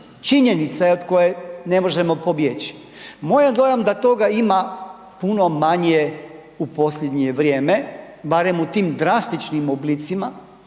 činjenica je od koje ne možemo pobjeći. Moj je dojam da toga ima puno manje u posljednje vrijeme, barem u tim drastičnim oblicima,